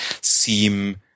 seem